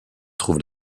trouve